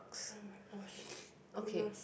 oh-my-gosh goodness